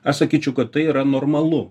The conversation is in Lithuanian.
aš sakyčiau kad tai yra normalu